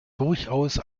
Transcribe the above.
durchaus